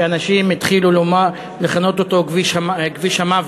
שאנשים התחילו לכנות אותו "כביש המוות",